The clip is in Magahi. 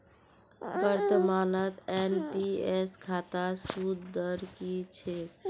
वर्तमानत एन.पी.एस खातात सूद दर की छेक